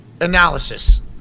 analysis